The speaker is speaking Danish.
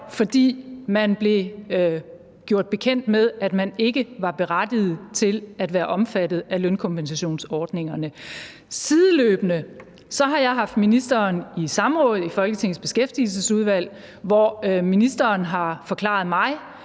virksomheden blev gjort bekendt med, at den ikke var berettiget til at være omfattet af lønkompensationsordningerne. Sideløbende har jeg haft ministeren i samråd i Folketingets Beskæftigelsesudvalg, hvor ministeren har forklaret mig,